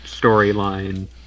storyline